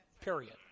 period